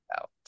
out